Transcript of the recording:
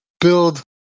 build